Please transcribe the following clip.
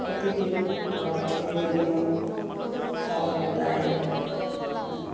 প্ৰতিটো ঘৰত প্ৰয়োজনীয় চাউল দাইল